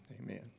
amen